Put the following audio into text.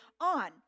on